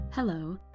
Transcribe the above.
Hello